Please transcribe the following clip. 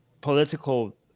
political